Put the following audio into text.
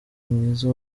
mwiza